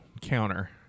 counter